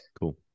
Cool